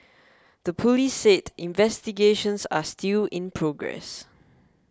the police said investigations are still in progress